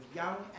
young